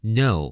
no